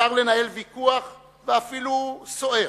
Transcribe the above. מותר לנהל ויכוח, ואפילו סוער,